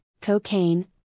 cocaine